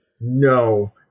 no